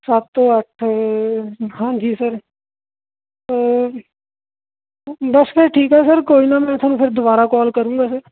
ਸੱਤ ਤੋਂ ਅੱਠ ਹਾਂਜੀ ਸਰ ਬਸ ਫਿਰ ਠੀਕ ਆ ਸਰ ਕੋਈ ਨਾ ਮੈਂ ਤੁਹਾਨੂੰ ਫਿਰ ਦੁਬਾਰਾ ਕਾਲ ਕਰੂੰਗਾ ਸਰ